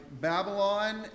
Babylon